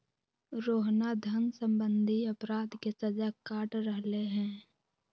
रोहना धन सम्बंधी अपराध के सजा काट रहले है